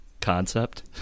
concept